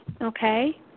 Okay